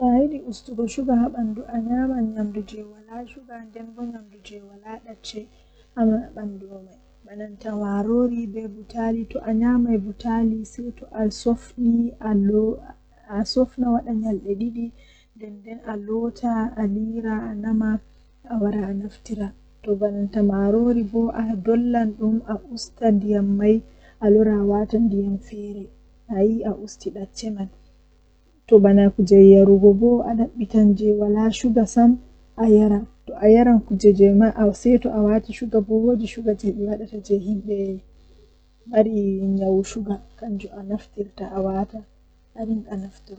Jei waati man mi fistan dum malla mi itta dum ndenmi hoosa kesum jei wadi man mi habba dum mi lorna bano mi tawi kiddum man.